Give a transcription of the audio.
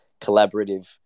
collaborative